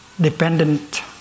dependent